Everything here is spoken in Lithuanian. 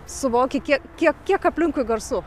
suvoki kiek kiek aplinkui garsų